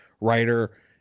writer